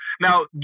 Now